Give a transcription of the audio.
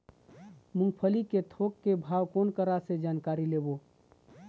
मूंगफली के थोक के भाव कोन करा से जानकारी लेबो?